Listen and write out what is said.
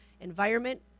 environment